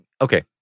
okay